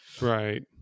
Right